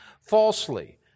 falsely